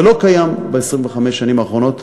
ולא קיים ב-25 השנים האחרונות.